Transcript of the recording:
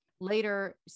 Later